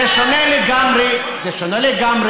זה לא,